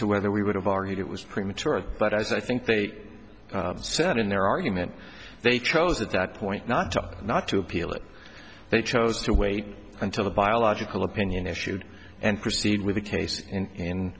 to whether we would have argued it was premature but as i think they said in their argument they chose at that point not to not to appeal it they chose to wait until the biological opinion issued and proceed with the case in